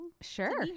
Sure